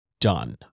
done